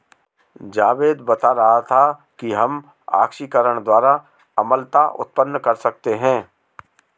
जावेद बता रहा था कि हम ऑक्सीकरण द्वारा अम्लता उत्पन्न कर सकते हैं